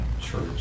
church